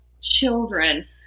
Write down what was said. children